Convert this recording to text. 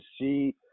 see